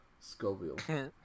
Scoville